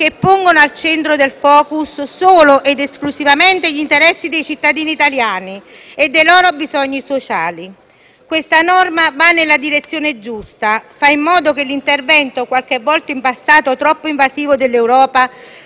che pongono al centro del *focus* solo ed esclusivamente gli interessi dei cittadini italiani e dei loro bisogni sociali. Questa normativa va nella direzione giusta: fa in modo che l'intervento, qualche volta in passato troppo invasivo dell'Europa,